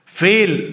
fail